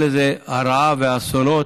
הרעה והאסונות,